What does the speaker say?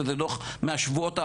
וזה דוח מהשבועות האחרונים.